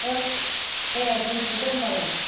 औ दे दोन्थ'दो होम्बालाय